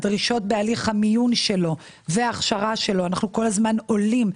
הדרישות בהליך המיון שלו וההכשרה שלו אנחנו כל הזמן עולים,